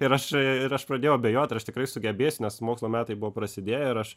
ir aš ir aš pradėjau abejot ar aš tikrai sugebėsiu nes mokslo metai buvo prasidėję ir aš